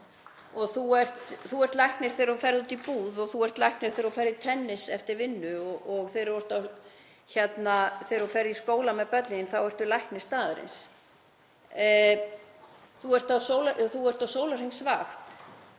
og þú ert læknir þegar þú ferð út í búð og þú ert læknir þegar þú ferð í tennis eftir vinnu og þegar þú ferð í skólann með börnin ertu læknir staðarins. Þú ert á sólarhringsvakt.